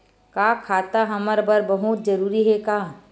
का खाता हमर बर बहुत जरूरी हे का?